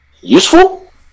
useful